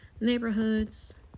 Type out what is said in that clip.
neighborhoods